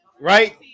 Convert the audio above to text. Right